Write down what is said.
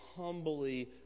humbly